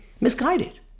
misguided